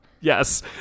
Yes